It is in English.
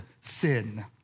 sin